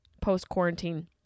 post-quarantine